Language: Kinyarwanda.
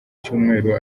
cyumweru